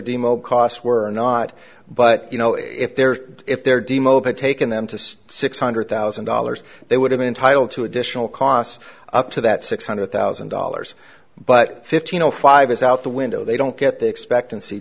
demo costs were not but you know if they're if they're demoted taken them to six hundred thousand dollars they would have an entitled to additional costs up to that six hundred thousand dollars but fifteen zero five is out the window they don't get the expectancy